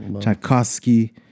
Tchaikovsky